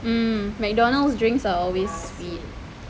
mm mcdonald's drinks are always sweet